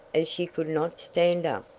as she could not stand up!